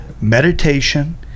meditation